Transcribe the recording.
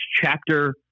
chapter